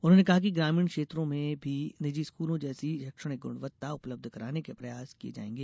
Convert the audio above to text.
उन्होंने कहा कि ग्रामीण क्षेत्रों में भी निजी स्कूलों जैसी शैक्षणिक गुणवत्ता उपलब्ध कराने के प्रयास किये जायेंगे